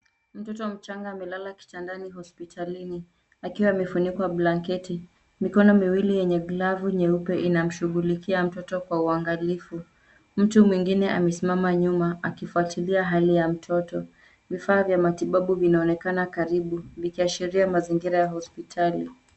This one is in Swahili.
Mtoto mchanga amelala kitandani hospitalini akiwa amefunikwa blanketi. Mikono miwili yenye glavu nyeupe inamshughulikia mtoto kwa uangalifu. Mtu mwengine amesimama nyuma akifuatilia hali ya mtoto. Vifaa vya matibabu vinaonekana karibu vikiashiria mazingira ya hospitali.